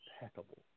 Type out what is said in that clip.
Impeccable